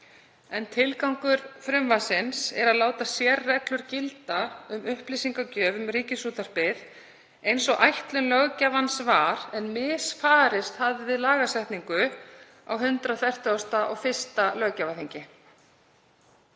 Tilgangur frumvarpsins er að láta sérreglur gilda um upplýsingagjöf um Ríkisútvarpið eins og ætlun löggjafans var en misfarist hafði við lagasetningu á 141. löggjafarþingi.